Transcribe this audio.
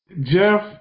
Jeff